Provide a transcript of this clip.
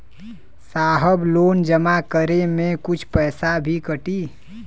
साहब लोन जमा करें में कुछ पैसा भी कटी?